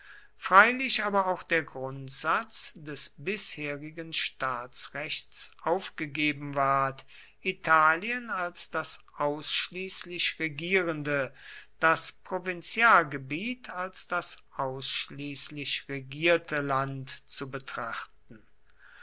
freilich aber auch der grundsatz des bisherigen staatsrechts aufgegeben ward italien als das ausschließlich regierende das provinzialgebiet als das ausschließlich regierte land zu betrachten